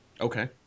Okay